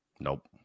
Nope